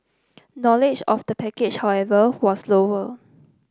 knowledge of the package however was lower